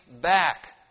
back